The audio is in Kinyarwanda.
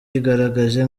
yigaragaje